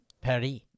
Paris